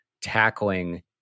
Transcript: tackling